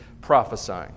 prophesying